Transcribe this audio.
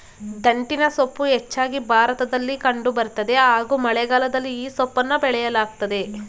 ದಂಟಿನಸೊಪ್ಪು ಹೆಚ್ಚಾಗಿ ಭಾರತದಲ್ಲಿ ಕಂಡು ಬರ್ತದೆ ಹಾಗೂ ಮಳೆಗಾಲದಲ್ಲಿ ಈ ಸೊಪ್ಪನ್ನ ಬೆಳೆಯಲಾಗ್ತದೆ